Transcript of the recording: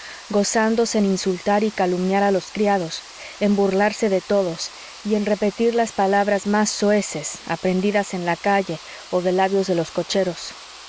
gozándose en insultar y calumniar a los criados en burlarse de todos y en repetir las palabras más soeces aprendidas en la calle o de labios de los cocheros